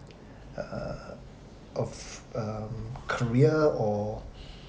uh of um career or